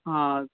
हँ